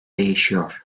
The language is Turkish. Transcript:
değişiyor